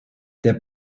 der